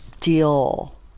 deal